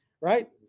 Right